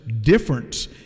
difference